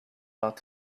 lot